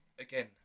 again